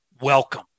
welcome